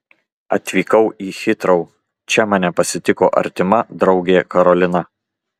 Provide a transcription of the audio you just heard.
atvykau į hitrou čia mane pasitiko artima draugė karolina